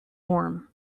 warm